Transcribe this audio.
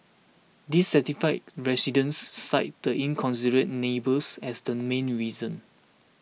dissatisfied residents cited the inconsiderate neighbours as the main reason